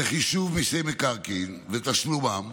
לחישוב מיסי מקרקעין ותשלום מע"מ,